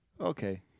Okay